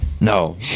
No